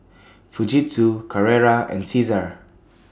Fujitsu Carrera and Cesar